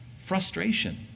frustration